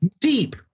Deep